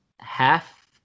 half